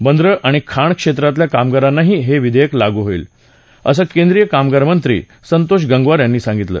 बंदरं आणि खाणक्षेत्रातल्या कामगारांनाही हे विधेयक लागू हाईल असं केंद्रीय कामगार मंत्री संतोष गंगवार यांनी सांगितलं